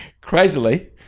Crazily